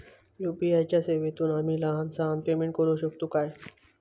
UPI च्या सेवेतून आम्ही लहान सहान पेमेंट करू शकतू काय?